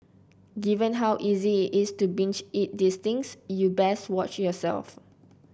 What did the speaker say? given how easy it's to binge eat these things you best watch yourself